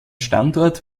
standort